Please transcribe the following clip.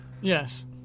Yes